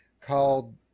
called